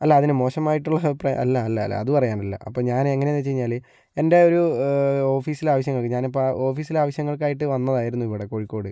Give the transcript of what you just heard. അല്ല അതിന് മോശമായിട്ടുള്ള അഭിപ്രായം അല്ല അല്ല അല്ല അതു പറയാൻ അല്ല അപ്പം ഞാനെങ്ങനെയാണെന്ന് വച്ചു കഴിഞ്ഞാൽ എൻ്റെ ഒരു ഓഫീസിലെ ആവശ്യങ്ങൾക്ക് ഞാനിപ്പോൾ ഓഫീസിലെ ആവശ്യങ്ങൾക്കായിട്ട് വന്നതായിരുന്നു ഇവിടെ കോഴിക്കോട്